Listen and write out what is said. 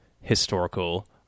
historical